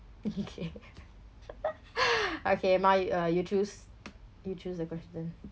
okay okay my uh you choose you choose the question